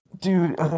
dude